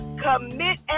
commit